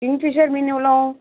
kingfisher மீன் எவ்வளோ